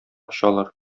очалар